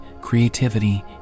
creativity